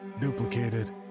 duplicated